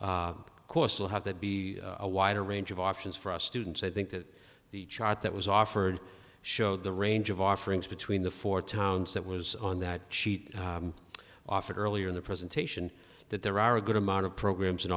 n course will have that be a wider range of options for us students i think that the chart that was offered showed the range of offerings between the four towns that was on that sheet offered earlier in the presentation that there are a good amount of programs